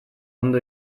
ondo